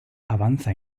avanza